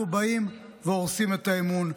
אנחנו באים והורסים את האמון.